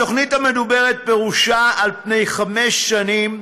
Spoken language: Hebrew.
התוכנית המדוברת פרוסה על פני חמש שנים,